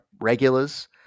regulars